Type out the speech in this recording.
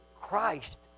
Christ